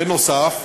בנוסף,